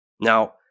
Now